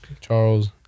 Charles